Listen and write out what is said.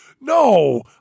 No